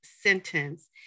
sentence